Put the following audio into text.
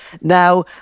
Now